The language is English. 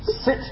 sit